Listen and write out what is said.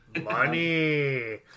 Money